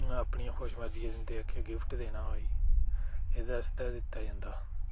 अपनिया खुश मर्जिया दिंदे आखेआ गिफ्ट देना कोई एह्दे आस्तै दित्ता जंदा